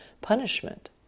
punishment